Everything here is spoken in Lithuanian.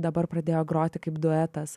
dabar pradėjo groti kaip duetas